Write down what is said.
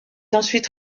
ensuite